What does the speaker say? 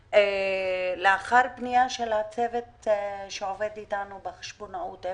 לאחר פנייה של הצוות שעובד אתנו בחשבונאות.